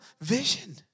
vision